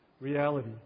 reality